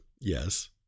Yes